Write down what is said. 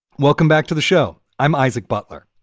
welcome back to the show. i'm isaac butler.